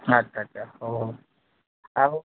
ଆଚ୍ଛା ଆଚ୍ଛା ହଉ ହଉ ଆଉ